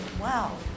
Wow